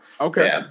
Okay